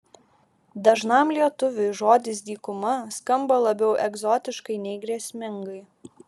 dažnam lietuviui žodis dykuma skamba labiau egzotiškai nei grėsmingai